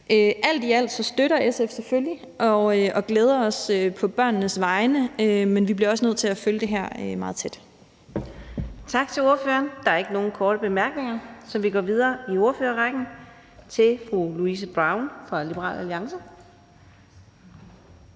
Alt i alt støtter SF det selvfølgelig, og vi glæder os på børnenes vegne, men vi bliver også nødt til at følge det her meget tæt. Kl. 17:51 Fjerde næstformand (Karina Adsbøl): Tak til ordføreren. Der er ikke nogen korte bemærkninger, så vi går videre i ordførerrækken til fru Louise Brown fra Liberal Alliance.